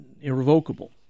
irrevocable